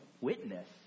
witness